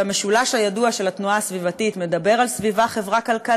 המשולש הידוע של התנועה הסביבתית מדבר על סביבה-חברה-כלכלה,